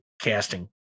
casting